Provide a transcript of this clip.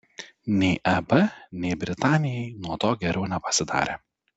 nei eb nei britanijai nuo to geriau nepasidarė